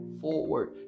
forward